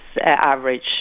average